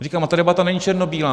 A říkám, ta debata není černobílá.